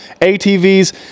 atvs